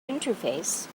interface